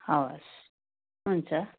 हवस् हुन्छ